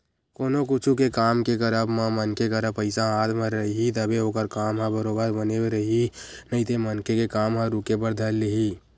कोनो कुछु के काम के करब म मनखे करा पइसा हाथ म रइही तभे ओखर काम ह बरोबर बने रइही नइते मनखे के काम ह रुके बर धर लिही